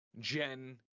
Jen